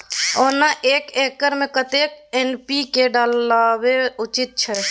ओना एक एकर मे कतेक एन.पी.के डालब उचित अछि?